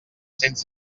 cents